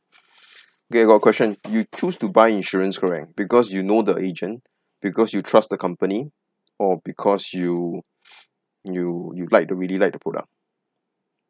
K got a question you choose to buy insurance correct because you know the agent because you trust the company or because you you you'd like to really like the product